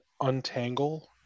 Untangle